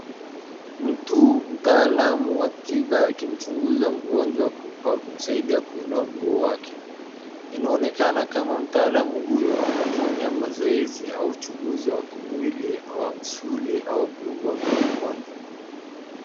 Mtu mtaalamu wa tiba akimchunguza mgonjwa kwa kumsaidia kuinua mguu wake. Inaonekana kama mtaalamu huyu anafanya mazoezi au uchunguzi wa kimwili wa misuli au viungi vya mgonjwa.